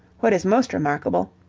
what is most remarkable,